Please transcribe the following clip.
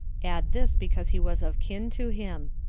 add this because he was of kin to him.